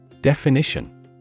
Definition